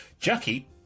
jackie